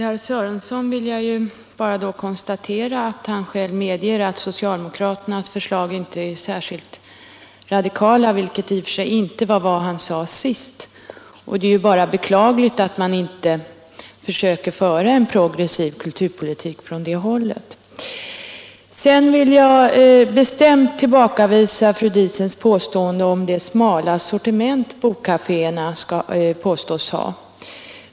Herr talman! Herr Sörenson medger själv att socialdemokraternas förslag inte är särskilt radikala. I och för sig var det vad han försökte ge sken av i sitt första anförande, men det är ju bara beklagligt att man inte försöker föra en progressiv kulturpolitik från det hållet. Sedan vill jag bestämt tillbakavisa fru Diesens påstående om det smala sortiment bokkaféerna påstods ha.